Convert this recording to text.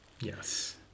Yes